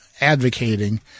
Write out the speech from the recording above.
advocating